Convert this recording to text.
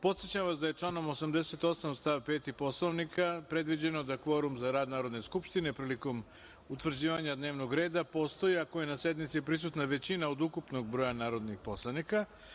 Podsećam vas da je članom 88. stav 5. Poslovnika predviđeno da kvorum za rad Narodne skupštine prilikom utvrđivanja dnevnog reda postoji ako je na sednici prisutna većina od ukupnog broja narodnih poslanika.